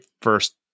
first